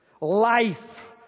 life